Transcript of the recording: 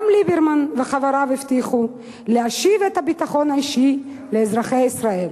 גם ליברמן וחבריו הבטיחו: "להשיב את הביטחון האישי לאזרחי ישראל".